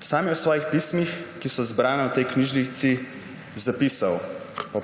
Sam je v svojih pismih, ki so zbrana v tej knjižici / pokaže zboru/ zapisal,